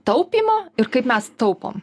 taupymo ir kaip mes taupom